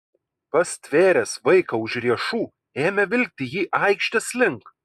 pastvėręs vaiką už riešų ėmė vilkti jį aikštės link